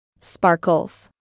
Sparkles